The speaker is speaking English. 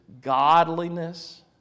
Godliness